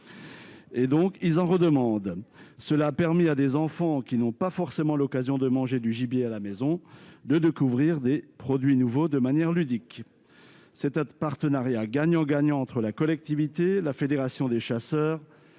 ont adoré et en redemandent ! Cette opération a permis à des enfants qui n'ont pas forcément l'occasion de manger du gibier à la maison de découvrir des produits nouveaux, de manière ludique. C'est un partenariat gagnant-gagnant avec la collectivité, la fédération des chasseurs